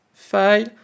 file